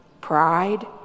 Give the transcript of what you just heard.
pride